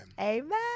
Amen